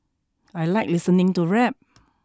I like listening to rap